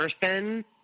person